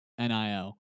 NIO